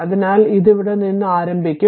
അതിനാൽ ഇത് ഇവിടെ നിന്ന് ആരംഭിക്കും